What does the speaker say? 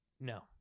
No